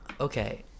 okay